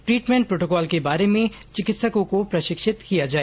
treatment protocol के बारे में चिकित्सकों को प्रशिक्षित किया जाए